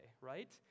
right